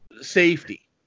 safety